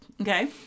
Okay